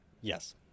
Yes